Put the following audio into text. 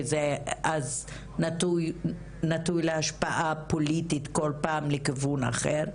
כי זה נטוי להשפעה פוליטית כל פעם לכיוון אחר.